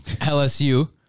LSU